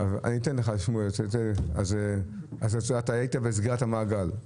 אתה היית בסגירת המעגל.